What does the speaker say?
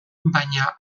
baina